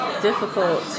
Difficult